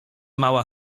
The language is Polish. mała